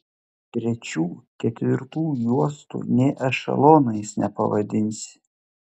trečių ketvirtų juostų nė ešelonais nepavadinsi